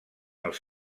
els